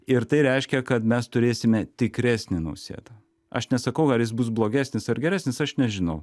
ir tai reiškia kad mes turėsime tikresnį nausėdą aš nesakau ar jis bus blogesnis ar geresnis aš nežinau